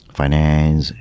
finance